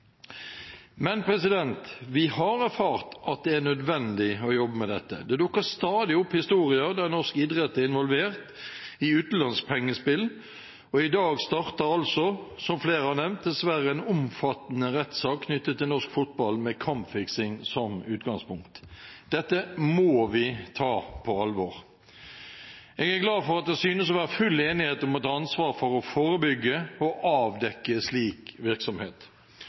vi har erfart at det er nødvendig å jobbe med dette. Det dukker stadig opp historier der norsk idrett er involvert i utenlandsk pengespill, og i dag starter altså, som andre har nevnt, dessverre en omfattende rettssak knyttet til norsk fotball med kampfiksing som utgangspunkt. Dette må vi ta på alvor. Jeg er glad for at det synes å være full enighet om å ta ansvar for å forebygge og avdekke slik virksomhet.